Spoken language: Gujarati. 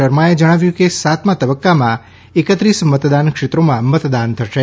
શર્માએ જણાવ્યું કે સાતમાં તબક્કામાં એકત્રીસ મતદાન ક્ષેત્રોમાં મતદાન થશે